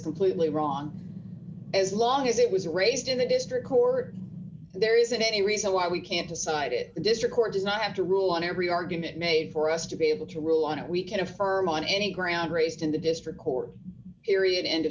completely wrong as long as it was raised in the district who are there isn't any reason why we can't decided the district court does not have to rule on every argument made for us to be able to rule on it we can affirm on any ground raised in the district court period end